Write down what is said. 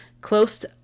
close